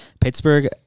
Pittsburgh